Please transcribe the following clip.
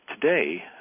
Today